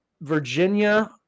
Virginia